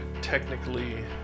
technically